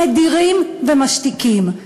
מדירים ומשתיקים.